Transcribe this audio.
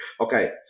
okay